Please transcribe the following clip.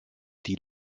die